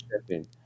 shipping